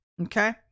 Okay